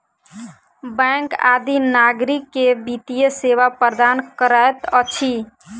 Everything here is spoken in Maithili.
बैंक आदि नागरिक के वित्तीय सेवा प्रदान करैत अछि